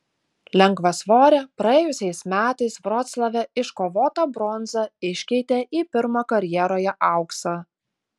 lengvasvorė praėjusiais metais vroclave iškovotą bronzą iškeitė į pirmą karjeroje auksą